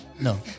No